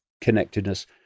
connectedness